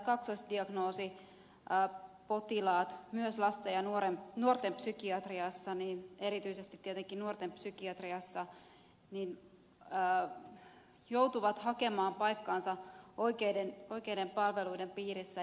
nimenomaan esimerkiksi kaksoisdiagnoosipotilaat myös lasten ja nuorten psykiatriassa erityisesti tietenkin nuorten psykiatriassa joutuvat hakemaan paikkaansa oikeiden palveluiden piirissä